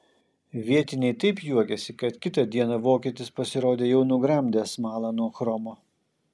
vietiniai taip juokėsi kad kitą dieną vokietis pasirodė jau nugramdęs smalą nuo chromo